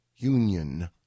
union